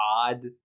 odd